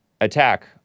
attack